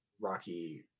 rocky